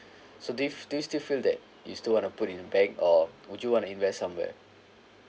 so do you do you still feel that you still want to put in a bank or would you want to invest somewhere